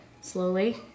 slowly